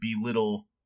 belittle